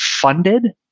funded